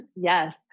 Yes